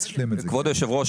כבוד היושב ראש,